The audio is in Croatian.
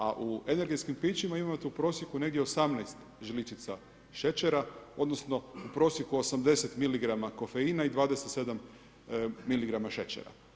A u energetskim pićima imate u prosjeku negdje 18 žličica šećera odnosno u prosjeku 80 miligrama kofeina i 27 miligrama šećera.